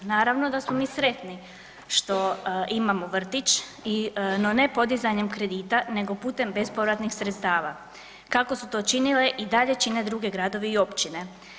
Naravno da smo mi sretni što imamo vrtić i no ne podizanjem kredita nego putem bespovratnih sredstava, kako su to činile i dalje čine druge gradovi i općine.